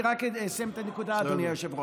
אני רק אסיים את הנקודה, אדוני היושב-ראש.